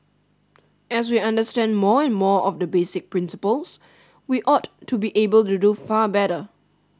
as we understand more and more of the basic principles we ought to be able to do far better